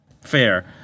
Fair